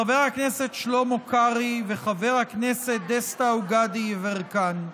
חבר הכנסת שלמה קרעי וחבר הכנסת דסטה גדי יברקן.